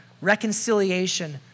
reconciliation